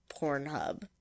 Pornhub